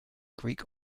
greek